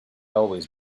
always